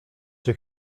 czy